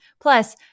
Plus